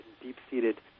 deep-seated